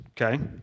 okay